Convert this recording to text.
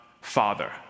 Father